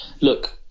Look